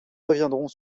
reviendront